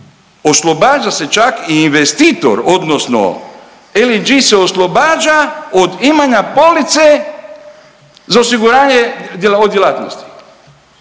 oslobađa se čak i investitor odnosno LNG-e se oslobađa od imanja police za osiguranje o djelatnosti.